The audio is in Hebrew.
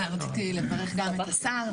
רציתי לברך גם את השר,